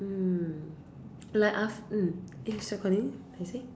mm like af~ mm eh so continue you say